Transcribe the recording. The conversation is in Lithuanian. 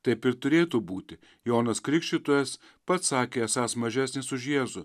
taip ir turėtų būti jonas krikštytojas pats sakė esąs mažesnis už jėzų